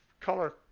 color